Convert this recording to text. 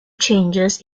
changes